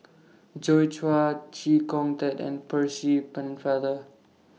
Joi Chua Chee Kong Tet and Percy Pennefather